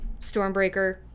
Stormbreaker